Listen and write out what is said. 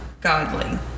godly